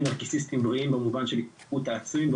נרקיסיסטיים בריאים במובן של ההתפתחות העצמית,